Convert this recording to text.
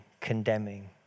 condemning